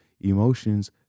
emotions